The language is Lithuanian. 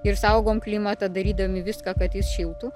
ir saugom klimatą darydami viską kad jis šiltų